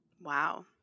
Wow